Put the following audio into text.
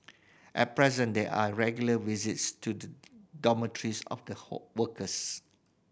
at present there are regular visits to the dormitories of the workers